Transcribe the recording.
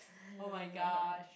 oh-my-gosh